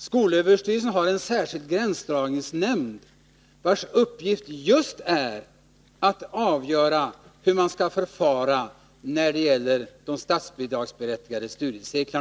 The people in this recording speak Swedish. Skolöverstyrelsen har en särskild gränsdragningsnämnd, vars uppgift just är att avgöra hur man skall förfara när det gäller statsbidragsberättigade studiecirklar.